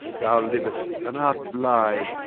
thou livest and art blithe,